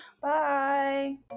Bye